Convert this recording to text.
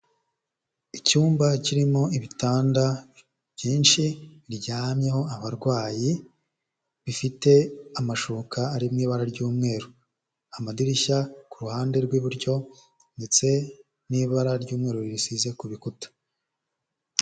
Icyumba kirimo ibitanda byinshi, biryamyeho abarwayi, bifite amashuka ari mu ibara ry'umweru, amadirishya ku ruhande rw'iburyo ndetse n'ibara ry'umweru risize ku bikuta.